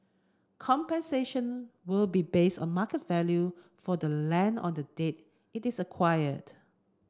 compensation will be based on market value for the land on the date it is acquired